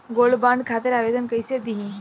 Gold bond खातिर आवेदन कैसे दिही?